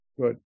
Good